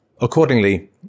Accordingly